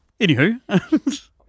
Anywho